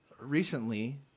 Recently